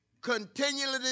Continually